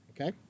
Okay